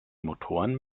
motoren